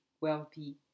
wealthy